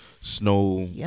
snow